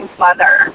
mother